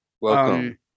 Welcome